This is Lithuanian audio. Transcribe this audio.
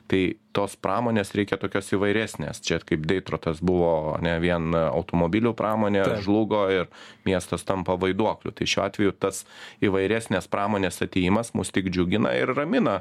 tai tos pramonės reikia tokios įvairesnės čia kaip deitrotas buvo nevien automobilių pramonė žlugo ir miestas tampa vaiduokliu tai šiuo atveju tas įvairesnės pramonės atėjimas mus tik džiugina ir ramina